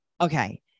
okay